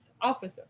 officer